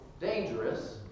dangerous